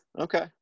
okay